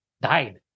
died